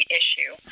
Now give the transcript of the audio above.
issue